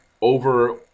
over